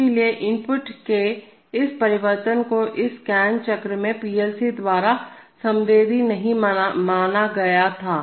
इसलिए इनपुट के इस परिवर्तन को इस स्कैन चक्र में PLC द्वारा संवेदी नहीं माना गया था